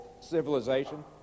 civilization